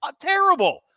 terrible